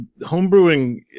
Homebrewing